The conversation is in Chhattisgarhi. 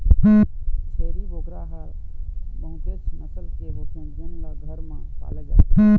छेरी बोकरा ह बहुतेच नसल के होथे जेन ल घर म पाले जाथे